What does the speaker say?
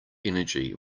energy